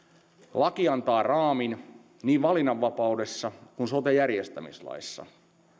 laki antaa raamin niin valinnanvapaudessa kuin sote järjestämislaissa on